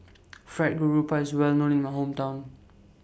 Fried Garoupa IS Well known in My Hometown